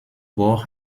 bor